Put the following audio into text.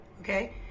okay